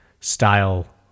style